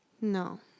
No